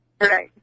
Right